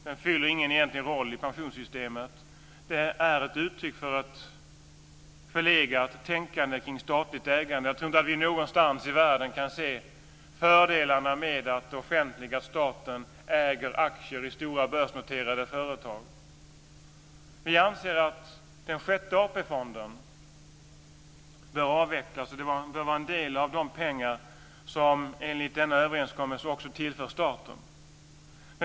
Den fyller ingen egentlig roll i pensionssystemet. Det är ett uttryck för ett förlegat tänkande kring statligt ägande. Jag tror inte att vi någonstans i världen kan se fördelarna med att det offentliga och staten äger aktier i stora börsnoterade företag. Vi anser att den sjätte AP-fonden bör avvecklas. Det bör vara en del av de pengar som enligt denna överenskommelse tillförs staten.